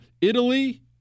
Italy